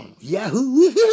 Yahoo